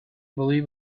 believe